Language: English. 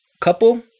couple